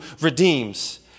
redeems